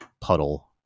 puddle